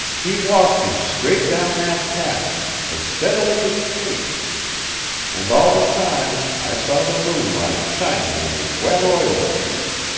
he walked him straight down that path, as steadily as fate and all the time i saw the moonlight shining on his wet oilskins.